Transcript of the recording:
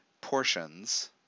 portions